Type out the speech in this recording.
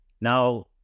Now